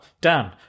Dan